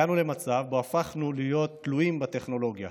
הגענו למצב שהפכנו להיות תלויים בטכנולוגיה.